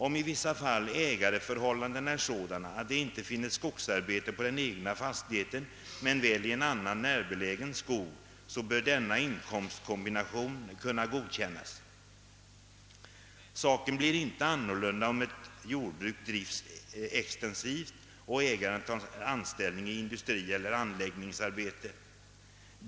Om i vissa fall ägarförhållandena är sådana, att det inte finns skogsarbete på den egna fastigheten men väl i annan närbelägen skog, så bör denna inkomstkombination kunna godkännas. Saken blir inte annorlunda om ett jordbruk drivs extensivt och ägaren tar anställning i industri eller anläggningsarbeten.